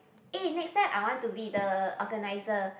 eh next time I want to be the organiser